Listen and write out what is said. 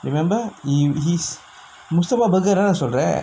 remember he his Mustafa burger தானே சொல்ற:thaanae solrae